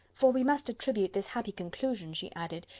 for we must attribute this happy conclusion, she added,